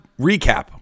recap